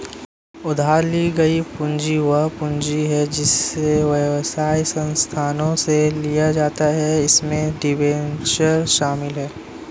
उधार ली गई पूंजी वह पूंजी है जिसे व्यवसाय संस्थानों से लिया जाता है इसमें डिबेंचर शामिल हैं